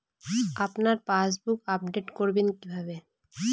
আপনার passbook update করবেন কিভাবে?